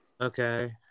Okay